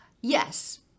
yes